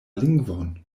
lingvon